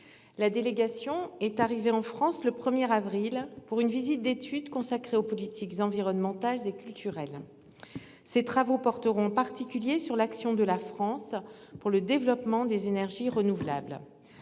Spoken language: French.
La délégation est arrivée en France, le premier avril pour une visite d'étude consacrée aux politiques environnementales et culturelles. Ces travaux porteront particulier sur l'action de la France pour le développement des énergies renouvelables.